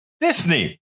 Disney